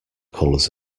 colours